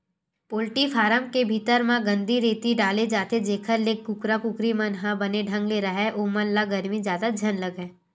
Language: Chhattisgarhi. पोल्टी फारम के भीतरी म कांदी, रेती डाले जाथे जेखर ले कुकरा कुकरी मन ह बने ढंग ले राहय ओमन ल गरमी जादा झन लगय